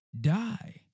die